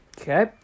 Okay